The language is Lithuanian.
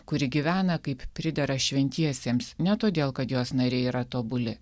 kuri gyvena kaip pridera šventiesiems ne todėl kad jos nariai yra tobuli